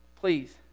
Please